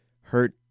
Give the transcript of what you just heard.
Hurt